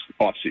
offseason